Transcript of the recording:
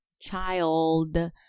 child